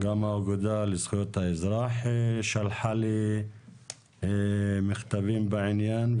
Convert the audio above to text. גם האגודה לזכויות האזרח שלחה לי מכתבים בעניין,